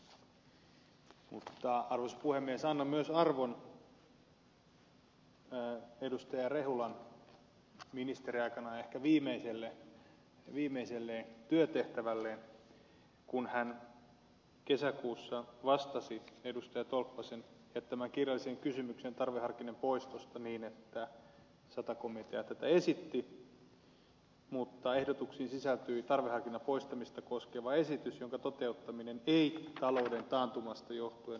mutta arvoisa puhemies annan arvon myös edustaja rehulan ministeriaikana ehkä viimeiselle työtehtävälle kun hän kesäkuussa vastasi edustaja tolppasen jättämään kirjalliseen kysymykseen tarveharkinnan poistosta niin että sata komitea tätä esitti ehdotuksiin sisältyi tarveharkinnan poistamista koskeva esitys jonka toteuttaminen ei talouden taantumasta johtuen ole ollut mahdollista